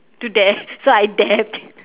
to dab so I dabbed